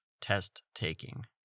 test-taking